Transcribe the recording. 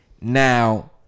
now